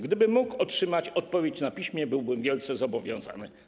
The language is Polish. Gdybym mógł otrzymać odpowiedź na piśmie, byłbym wielce zobowiązany?